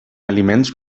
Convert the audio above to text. aliments